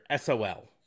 SOL